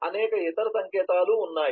అనేక ఇతర సంకేతాలు ఉన్నాయి